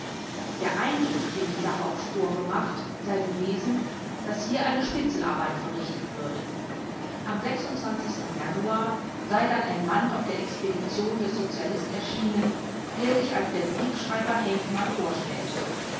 der eindruck den die sache auf spohr gemacht sei gewesen daß hier eine spitzelarbeit verrichtet würde am januar sei dann ein mann auf der expedition des sozialist erschienen der sich als der briefschreiber henkmann vorstellte